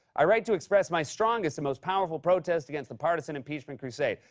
i write to express my strongest and most powerful protest against the partisan impeachment crusade.